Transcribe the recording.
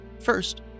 First